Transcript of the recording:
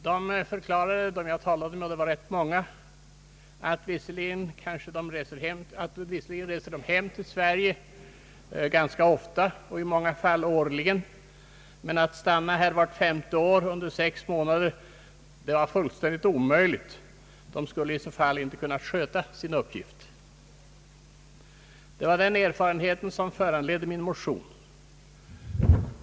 De utlandssvenskar som jag då talade med — de var ganska många förklarade att de visserligen reser hem till Sverige ganska ofta, i många fall årligen, men att det var fullständigt omöjligt för dem att vart femte år stanna i Sverige under sex månader. I så fall skulle de inte kunna sköta sin uppgift i utlandet. Det var denna erfarenhet som föranledde min motion.